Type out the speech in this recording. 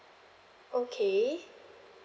okay